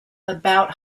about